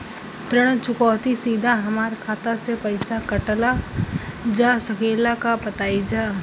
ऋण चुकौती सीधा हमार खाता से पैसा कटल जा सकेला का बताई जा?